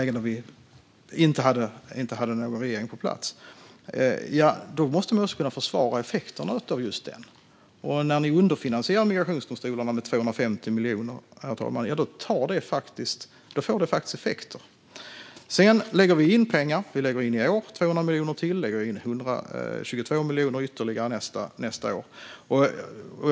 Gör man så måste man kunna försvara effekterna av detta. När man underfinansierar migrationsdomstolarna med 250 miljoner får det faktiskt effekter, herr talman. Vi lägger nu till pengar. I år blir det 200 miljoner, och nästa år blir det ytterligare 122 miljoner.